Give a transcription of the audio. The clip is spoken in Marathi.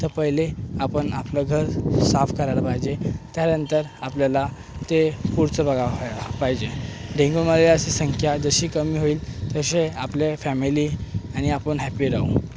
तर पहिले आपण आपलं घर साफ करायला पाहिजे त्यानंतर आपल्याला ते पुढचं बघाव पाहिजे डेंगू मलेरियाची संख्या जशी कमी होईल तसे आपले फॅमिली आणि आपण हॅपी राहू